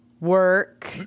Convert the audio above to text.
work